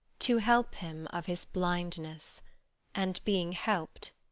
to help him of his blindness and, being help'd,